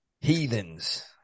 Heathens